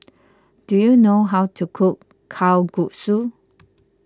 do you know how to cook Kalguksu